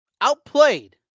outplayed